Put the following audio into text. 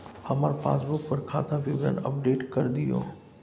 हमर पासबुक पर खाता विवरण अपडेट कर दियो